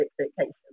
expectations